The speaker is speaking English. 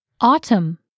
Autumn